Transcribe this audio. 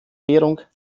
währung